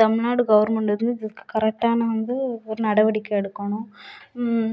Tamil Nadu government வந்து இதுக்கு கரெக்டான வந்து ஒரு நடவடிக்கை எடுக்கணும்